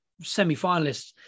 semi-finalists